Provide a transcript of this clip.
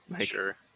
sure